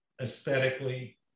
aesthetically